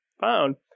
found